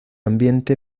ambiente